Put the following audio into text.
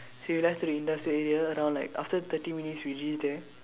so we left to the industrial area around like after thirty minutes we reach there